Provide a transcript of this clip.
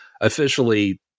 officially